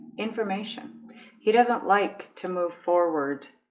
information he doesn't like to move forward